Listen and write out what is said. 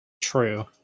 true